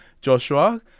Joshua